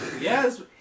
Yes